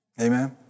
Amen